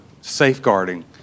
safeguarding